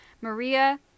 maria